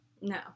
No